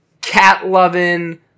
cat-loving